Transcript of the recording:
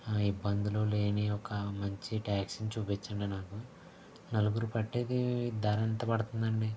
ఇబ్బందులు లేని ఒక మంచి ట్యాక్సీ ని చూపించండి నాకు నలుగురు పట్టేది ధరెంత పడుతుందండి